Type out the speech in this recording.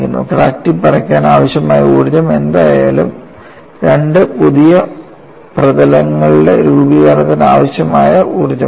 crack tip അടയ്ക്കാൻ ആവശ്യമായ ഊർജ്ജം എന്തായാലും അത് രണ്ട് പുതിയ പ്രതലങ്ങളുടെ രൂപീകരണത്തിന് ആവശ്യമായ ഊർജ്ജമാണ്